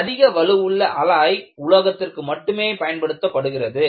அதிக வலுவுள்ள அலாய் உலோகத்திற்கு மட்டுமே பயன்படுத்தப்படுகிறது